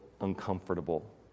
uncomfortable